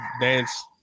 dance